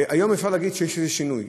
והיום אפשר להגיד שיש איזה שינוי,